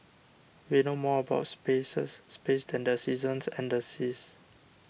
we know more about spaces space than the seasons and the seas